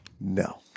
No